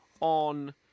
on